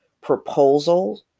proposal